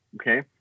okay